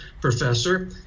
professor